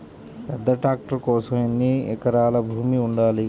పెద్ద ట్రాక్టర్ కోసం ఎన్ని ఎకరాల భూమి ఉండాలి?